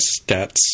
stats